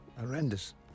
horrendous